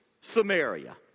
Samaria